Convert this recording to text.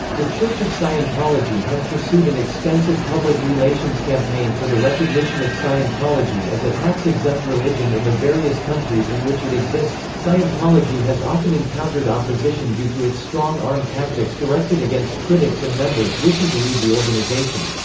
the church of scientology has pursued an extensive public relations campaign for the recognition of scientology as a tax-exempt religion in the various countries in which it exists scientology has often encountered opposition due to its strong-arm tactics directed against critics and members wishing to leave the organization.